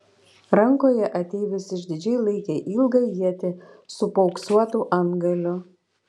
rankoje ateivis išdidžiai laikė ilgą ietį su paauksuotu antgaliu